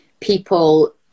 people